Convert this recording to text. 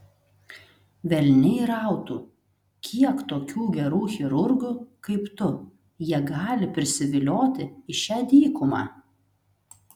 velniai rautų kiek tokių gerų chirurgų kaip tu jie gali prisivilioti į šią dykumą